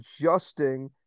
adjusting